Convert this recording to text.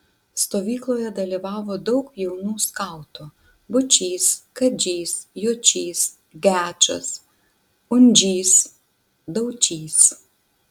stovykloje dalyvavo daug jaunų skautų būčys kadžys jočys gečas undžys daučys